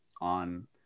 on